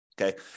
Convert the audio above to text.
Okay